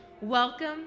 Welcome